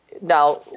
now